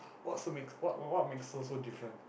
what so means what what makes her so different